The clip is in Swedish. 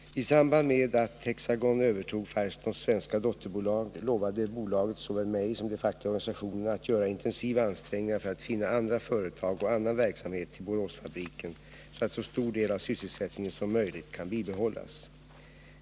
I samband med att Hexagon övertog Firestones svenska dotterbolag lovade bolaget såväl mig som de fackliga organisationerna att göra intensiva ansträngningar för att finna andra företag och annan verksamhet till Boråsfabriken så att så stor del av sysselsättningen som möjligt kan bibehållas.